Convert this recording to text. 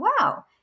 wow